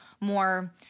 more